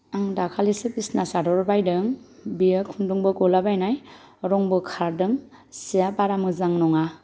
आं दाखालिसो बिसना सादर बायदों बेयो खुन्दुंबो गलाबायनाय रंबो खारदों सिया बारा मोजां नङा